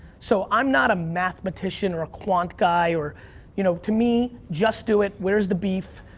so, i'm not a mathematician or a quant guy or you know, to me, just do it. where's the beef,